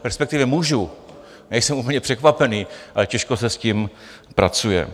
Respektive můžu, nejsem úplně překvapený, ale těžko se s tím pracuje.